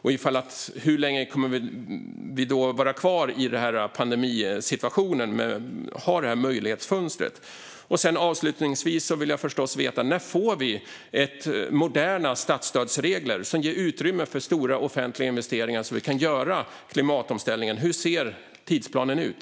Och hur länge kommer vi i så fall att vara kvar i den här pandemisituationen som ger det här möjlighetsfönstret? Avslutningsvis vill jag förstås också veta: När får vi moderna statsstödsregler som ger utrymme för stora offentliga investeringar så att vi kan göra klimatomställningen? Hur ser tidsplanen ut?